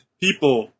people